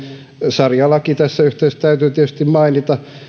saria laki tässä yhteydessä täytyy tietysti mainita